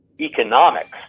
economics